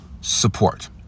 support